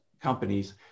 companies